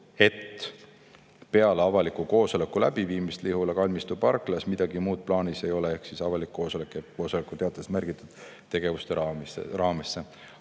et peale avaliku koosoleku läbiviimist Lihula kalmistu parklas midagi muud plaanis ei ole ehk avalik koosolek jääb koosolekuteates märgitud tegevuste raamesse.